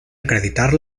acreditar